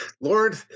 Lord